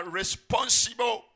responsible